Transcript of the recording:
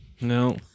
No